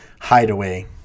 hideaway